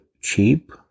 cheap